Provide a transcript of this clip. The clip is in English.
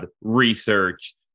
research